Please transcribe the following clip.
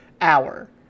hour